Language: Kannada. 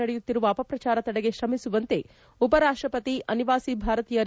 ನಡೆಯುತ್ತಿರುವ ಅಪಪ್ರಚಾರ ತಡೆಗೆ ಶ್ರಮಿಸುವಂತೆ ಉಪರಾಷ್ಟ ಪತಿ ಅನಿವಾಸಿ ಭಾರತೀಯರಿಗೆ ಕರೆ